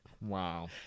Wow